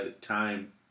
time